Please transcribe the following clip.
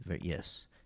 Yes